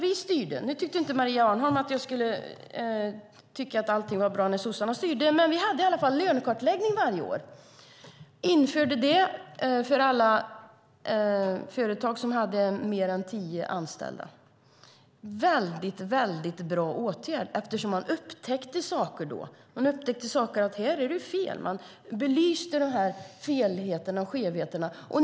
Maria Arnholm tyckte inte att jag skulle säga att allting var bra när sossarna styrde, men vi hade i alla fall lönekartläggningar varje år. Vi införde det för alla företag som hade fler än tio anställda. Det var en mycket bra åtgärd eftersom man upptäckte saker. Man upptäckte att det var fel. Man belyste skevheterna.